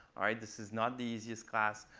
all right, this is not the easiest class.